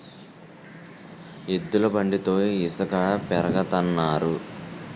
ఎద్దుల బండితో ఇసక పెరగతన్నారు